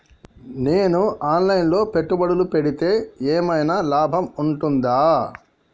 నేను online లో పెట్టుబడులు పెడితే ఏమైనా లాభం ఉంటదా?